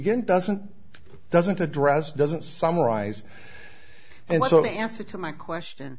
again doesn't doesn't address doesn't summarize and so the answer to my question